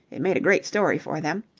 it made a great story for them.